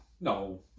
No